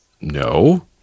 no